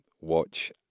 watch